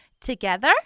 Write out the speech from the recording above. Together